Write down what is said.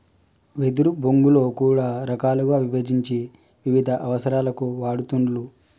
వెదురు బొంగులో కూడా రకాలుగా విభజించి వివిధ అవసరాలకు వాడుతూండ్లు